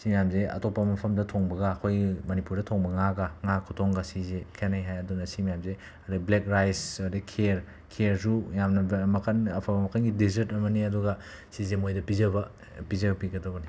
ꯁꯤ ꯃꯌꯥꯝꯁꯤ ꯑꯇꯣꯞꯄ ꯃꯐꯝꯗ ꯊꯣꯡꯕꯒ ꯑꯩꯈꯣꯏ ꯃꯅꯤꯄꯨꯔꯗ ꯊꯣꯡꯕ ꯉꯥꯒ ꯉꯥ ꯈꯨꯊꯣꯡꯒ ꯁꯤꯁꯦ ꯈꯦꯠꯅꯩ ꯍꯥꯏ ꯑꯗꯨꯅ ꯁꯤ ꯃꯌꯥꯝꯁꯦ ꯑꯗꯒꯤ ꯕ꯭ꯂꯦꯛ ꯔꯥꯏꯁ ꯑꯗꯒꯤ ꯈꯦꯔ ꯈꯦꯔꯁꯨ ꯌꯥꯝꯅ ꯕ ꯃꯈꯜ ꯑꯐꯕ ꯃꯈꯜꯒꯤ ꯗꯦꯖꯔꯠ ꯑꯃꯅꯤ ꯑꯗꯨꯒ ꯁꯤꯁꯦ ꯃꯣꯏꯗ ꯄꯤꯖꯕ ꯄꯤꯖꯕꯤꯒꯗꯕꯅꯤ